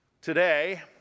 Today